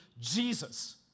Jesus